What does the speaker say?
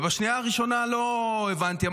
בשנייה הראשונה לא הבנתי.